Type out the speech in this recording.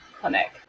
clinic